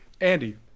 Andy